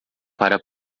para